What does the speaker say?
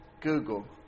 Google